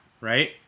right